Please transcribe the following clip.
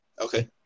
Okay